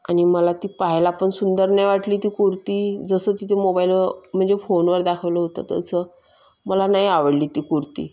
आणि मला ती पाहायला पण सुंदर नाही वाटली ती कुर्ती जसं तिथे मोबाईल म्हणजे फोनवर दाखवलं होतं तसं मला नाही आवडली ती कुर्ती